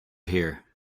here